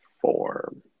form